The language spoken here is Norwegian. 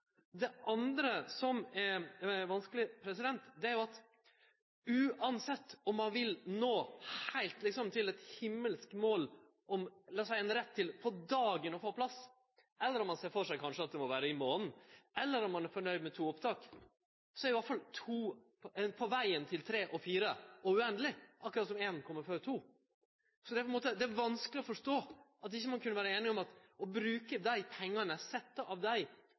Det andre som er vanskeleg å forstå, er at same om ein vil nå heilt til eit himmelsk mål om, la oss seie, ein rett til på dagen å få plass, eller om ein ser for seg at det kanskje må vere i månaden, eller om ein er fornøgd med to opptak, er jo iallfall to på vegen til tre og fire opptak og uendeleg – akkurat som ein kjem før to. Så det er på ein måte vanskeleg å forstå at ein ikkje kunne vere einig om å bruke dei pengane, setje dei av